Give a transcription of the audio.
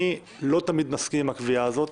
אני לא תמיד מסכים עם הקביעה הזאת,